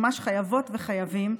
ממש חייבות וחייבים,